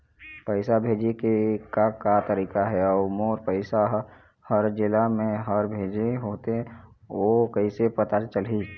पैसा भेजे के का का तरीका हे अऊ मोर पैसा हर जेला मैं हर भेजे होथे ओ कैसे पता चलही?